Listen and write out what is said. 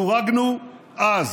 דורגנו אז